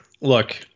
look